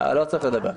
לא צריך לדבר ככה.